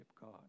God